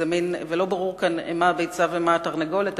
ולא ברור כאן מה הביצה ומה התרנגולת,